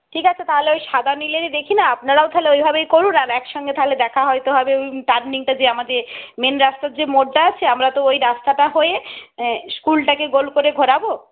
ঠিক আছে তাহলে ওই সাদা নীলেরই দেখি না আপনারাও তাহলে ঐভাবেই করুন আর একসঙ্গে তাহলে দেখা হয়তো হবে টার্নিংটা যে আমাদের মেন রাস্তার যে মোড়টা আছে আমরা তো ওই রাস্তাটা হয়ে স্কুলটাকে গোল করে ঘোরাবো